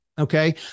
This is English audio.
okay